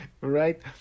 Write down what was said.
Right